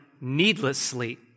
needlessly